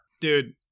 Dude